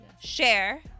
Share